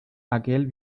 aquel